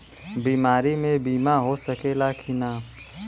बीमारी मे बीमा हो सकेला कि ना?